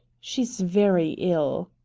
she's very ill.